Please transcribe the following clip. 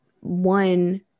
one